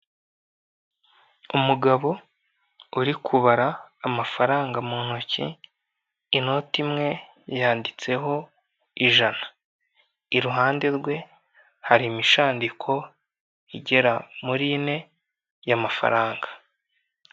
Umugabo uri kubara amafaranga mu ntoki, inoti imwe yanditseho ijana, iruhande rwe hari imishandiko igera muri ine y'amafaranga.